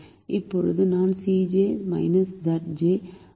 இப்போது நான் Cj Zj ஐக் காண்கிறேன்